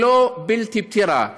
היא לא בלתי פתירה.